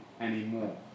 anymore